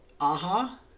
Aha